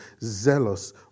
zealous